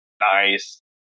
nice